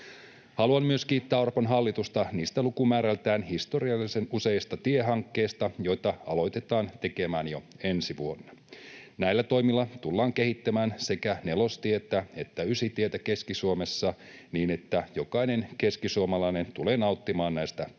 Haluan kiittää Orpon hallitusta myös niistä lukumäärältään historiallisen useista tiehankkeista, joita aloitetaan tekemään jo ensi vuonna. Näillä toimilla tullaan kehittämään sekä nelostietä että ysitietä Keski-Suomessa, niin että jokainen keskisuomalainen tulee nauttimaan näistä